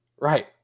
Right